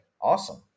Awesome